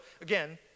again